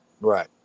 right